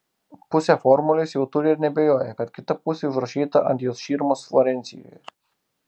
pusę formulės jau turi ir neabejoja kad kita pusė užrašyta ant jos širmos florencijoje